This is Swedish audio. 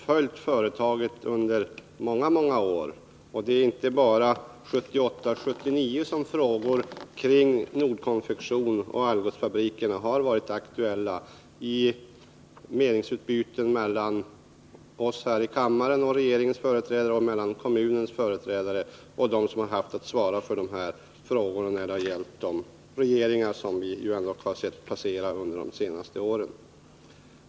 Frågorna kring Nordkonfektion och Algotsfabrikerna har inte bara varit aktuella under 1978 och 1979, utan de har behandlats vid meningsutbyten mellan oss här i kammaren och regeringens företrädare liksom mellan kommunens företrädare och dem som haft ansvar för dessa frågor inom de regeringar vi har sett passera under de senaste åren.